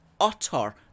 utter